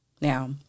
Now